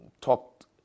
talked